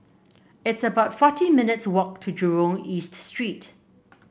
it's about forty minutes' walk to Jurong East Street